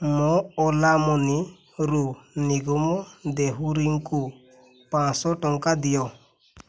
ମୋ ଓଲା ମନିରୁ ନିଗମ ଦେହୁରୀଙ୍କୁ ପାଞ୍ଚ ଶହ ଟଙ୍କା ଦିଅ